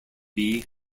bee